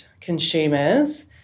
consumers